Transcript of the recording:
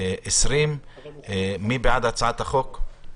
מי בעד הצעת החוק?